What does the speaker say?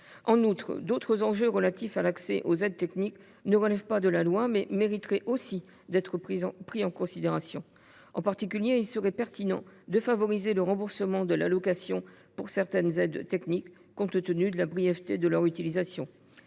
En outre, d’autres enjeux relatifs à l’accès aux aides techniques ne relèvent pas de la loi, mais mériteraient d’être également pris en considération. En particulier, il serait pertinent de favoriser le remboursement de la location de certaines aides techniques, compte tenu de la brièveté de leur utilisation.